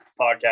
podcast